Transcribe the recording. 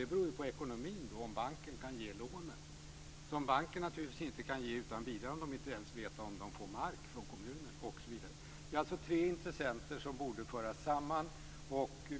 Det beror ju på ekonomin och om banken kan ge lån, vilket banken naturligtvis inte kan utan vidare om man inte ens vet om kommunen tilldelar mark osv. Det är alltså tre intressenter som borde föras samman.